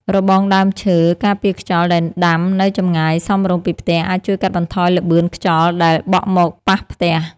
របងដើមឈើការពារខ្យល់ដែលដាំនៅចម្ងាយសមរម្យពីផ្ទះអាចជួយកាត់បន្ថយល្បឿនខ្យល់ដែលបក់មកប៉ះផ្ទះ។